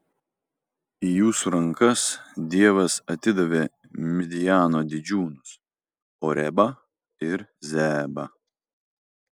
į jūsų rankas dievas atidavė midjano didžiūnus orebą ir zeebą